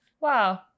Wow